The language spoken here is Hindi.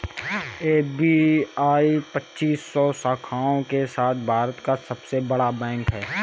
एस.बी.आई पच्चीस सौ शाखाओं के साथ भारत का सबसे बड़ा बैंक है